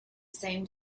same